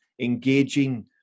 engaging